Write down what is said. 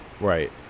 Right